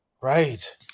Right